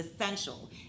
essential